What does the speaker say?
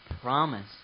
promise